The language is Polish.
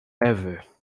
ewy